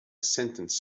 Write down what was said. sentence